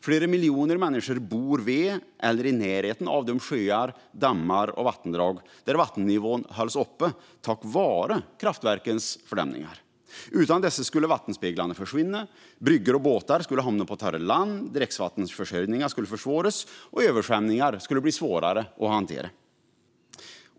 Flera miljoner människor bor vid eller i närheten av de sjöar, dammar och vattendrag där vattennivån hålls uppe tack vare kraftverkens fördämningar. Utan dessa skulle vattenspeglarna försvinna, bryggor och båtar hamna på torra land, dricksvattenförsörjningen försvåras och översvämningar bli svårare att hantera.